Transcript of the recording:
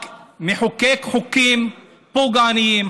רק מחוקק חוקים פוגעניים,